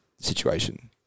situation